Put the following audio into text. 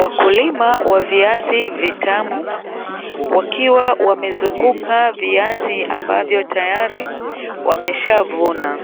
Wakulima wa viazi vitamu wakiwa wamezunguka viazi ambavyo tayari wameshavuna.